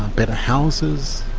better houses,